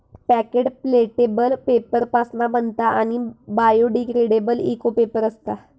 packet प्लॅटेबल paper पासना बनता आणि बायोडिग्रेडेबल इको पेपर असता